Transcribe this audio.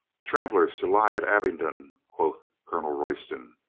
travelers to lie at abingdon, quoth colonel royston.